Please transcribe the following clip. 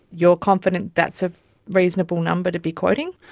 you're confident that's a reasonable number to be quoting?